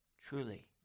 truly